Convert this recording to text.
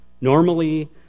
Normally